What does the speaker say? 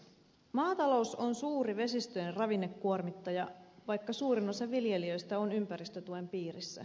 maatalous on suuri vesistöjen ravinnekuormittaja vaikka suurin osa viljelijöistä on ympäristötuen piirissä